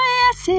yes